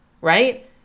right